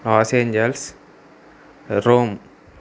Los Angeles Rome